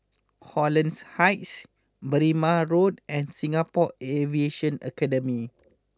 Holland Heights Berrima Road and Singapore Aviation Academy